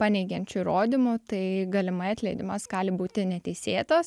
paneigiančių įrodymų tai galimai atleidimas gali būti neteisėtas